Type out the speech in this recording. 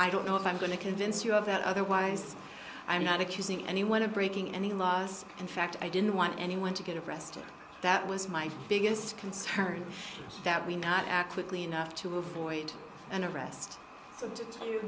i don't know if i'm going to convince you of that otherwise i'm not accusing anyone of breaking any laws in fact i didn't want anyone to get arrested that was my biggest concern that we not act quickly enough to avoid an arrest